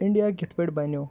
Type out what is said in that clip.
India کِتھ پھٲٹۍ بنیوو